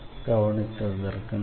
கவனித்ததற்கு நன்றி